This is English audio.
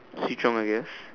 See-Chong I guess